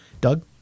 Doug